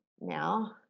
now